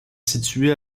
située